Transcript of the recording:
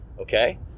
Okay